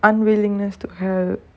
unwillingness to hear